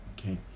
okay